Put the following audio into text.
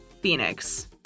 Phoenix